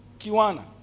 Kiwana